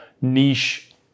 niche